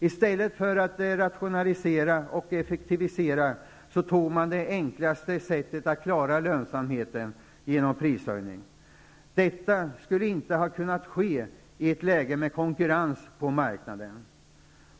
I stället för att rationalisera och effektivisera tog man till det enklaste sättet att klara lönsamheten, prishöjning. Detta skulle inte ha kunnat ske i ett läge med konkurrens på marknaden.